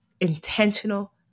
intentional